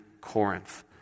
Corinth